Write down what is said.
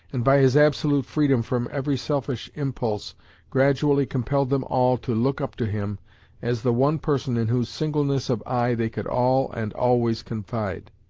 and by his absolute freedom from every selfish impulse gradually compelled them all to look up to him as the one person in whose singleness of eye they could all and always confide.